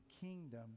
kingdom